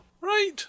Right